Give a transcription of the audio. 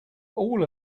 all